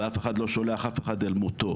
ואף אחד לא שולח אף אחד אל מותו.